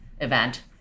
event